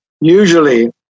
usually